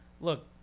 look